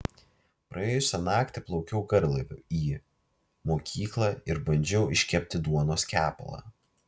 praėjusią naktį plaukiau garlaiviu į mokyklą ir bandžiau iškepti duonos kepalą